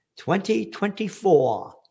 2024